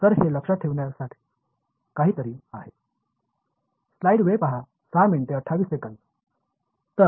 तर हे लक्षात ठेवण्यासाठी काहीतरी आहे